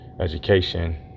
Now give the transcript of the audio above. education